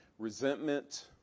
Resentment